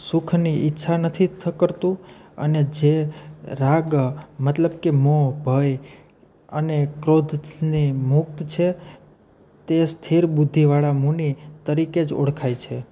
સુખની ઈચ્છા નથી કરતું અને જે રાગ મતલબ કે મોહ ભય અને ક્રોધની મુક્ત છે તે સ્થિર બુદ્ધિવાળા મુનિ તરીકે જ ઓળખાય છે